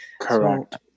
Correct